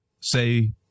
say